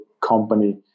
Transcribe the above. company